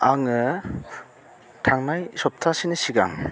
आङो थांनाय सप्तासेनि सिगां